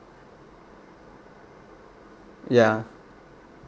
ya